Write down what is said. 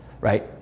right